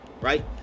right